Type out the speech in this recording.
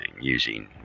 using